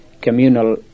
communal